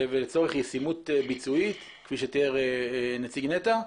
ולצורך ישימות ביצועית כפי שתיאר נציג נת"ע.